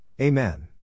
Amen